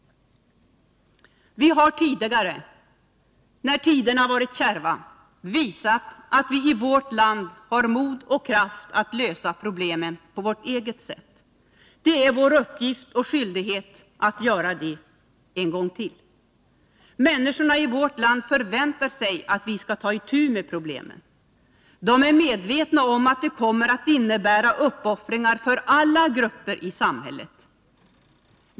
Vi har tidigare, när tiderna varit kärva, visat att vi i vårt land har mod och kraft att lösa problemen på vårt eget sätt. Det är vår uppgift och skyldighet att göra det en gång till. Människorna i vårt land förväntar sig att vi skall ta itu med problemen. De är medvetna om att det kommer att innebära uppoffringar för alla grupper i samhället.